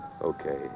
okay